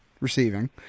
receiving